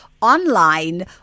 online